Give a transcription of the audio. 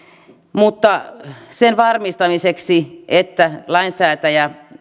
mutta sen varmistamiseksi että lainsäätäjä